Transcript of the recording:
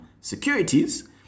securities